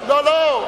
לא, לא.